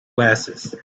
glasses